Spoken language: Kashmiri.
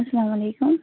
اَسلامُ عَلیکُم